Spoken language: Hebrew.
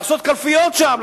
לעשות קלפיות שם,